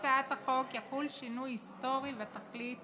יחול שינוי היסטורי בתכלית